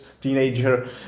teenager